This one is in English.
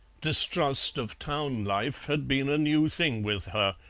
distrust of town-life had been a new thing with her,